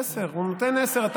עשר, הוא נותן עשר.